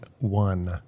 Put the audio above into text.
one